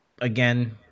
again